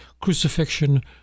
crucifixion